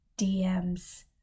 DMs